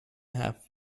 half